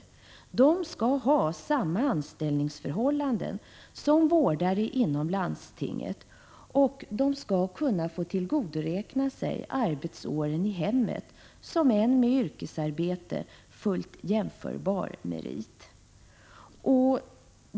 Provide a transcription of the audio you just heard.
De skall ha samma anställningsförhållanden som vårdare inom landstinget. Och de skall få tillgodoräkna sig arbetsåren i hemmet som en med yrkesarbete fullt jämförbar merit.